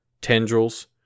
tendrils